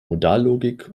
modallogik